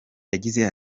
yagize